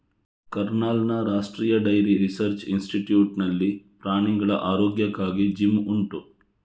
ಕರ್ನಾಲ್ನ ರಾಷ್ಟ್ರೀಯ dairy research institute ನಲ್ಲಿ ಪ್ರಾಣಿಗಳ ಆರೋಗ್ಯಕ್ಕಾಗಿ ಜಿಮ್ ಉಂಟು